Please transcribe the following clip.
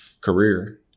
career